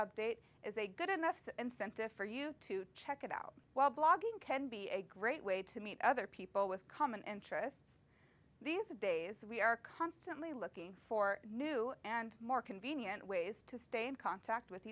update is a good enough incentive for you to check it out while blogging can be a great way to meet other people with common interests these days we are constantly looking for new and more convenient ways to stay in contact with